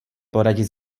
poradit